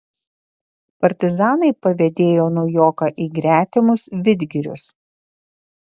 partizanai pavedėjo naujoką į gretimus vidgirius